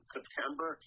September